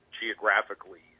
geographically